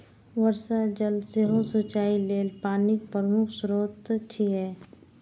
वर्षा जल सेहो सिंचाइ लेल पानिक प्रमुख स्रोत छियै